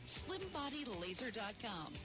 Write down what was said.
slimbodylaser.com